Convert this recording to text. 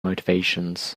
motivations